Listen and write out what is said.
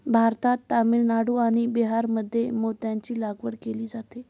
भारतात तामिळनाडू आणि बिहारमध्ये मोत्यांची लागवड केली जाते